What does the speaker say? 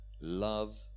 love